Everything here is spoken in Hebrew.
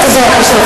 ערבים,